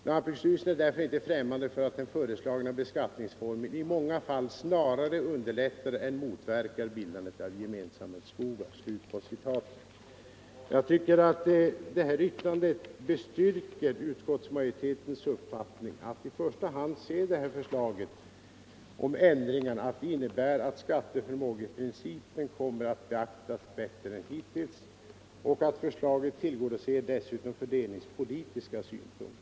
Lantbruksstyrelsen är därför inte främmande för att den föreslagna beskattningsformen i många fall snarare underlättar än motverkar bildandet av gemensamhetsskogar.” Jag tycker att detta avsnitt ur lantbruksstyrelsens remissyttrande bestyrker utskottsmajoritetens uppfattning att man i första hand bör se ändringsförslaget så, att det innebär att skatteförmågeprincipen kommer att beaktas bättre än hittills och att förslaget dessutom tillgodoser fördelningspolitiska synpunkter.